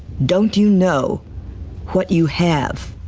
don't you know what you have?